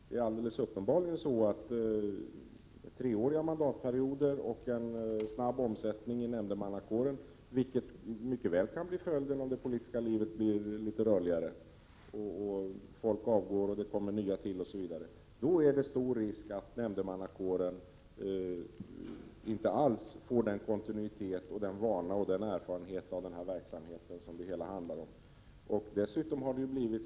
Det är alldeles uppenbart så att man med treåriga mandatperioder och en snabb omsättning i nämndemannakåren — vilket mycket väl kan bli fallet om det politiska livet blir rörligare, om folk avgår, nya tillkommer osv. — riskerar att nämndemannakåren inte alls får den kontinuitet, den vana och den erfarenhet av verksamheten som ju det hela ändå handlar om.